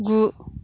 गु